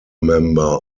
member